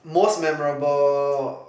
most memorable